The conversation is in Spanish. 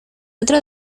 otro